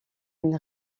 une